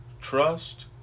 Trust